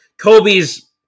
Kobe's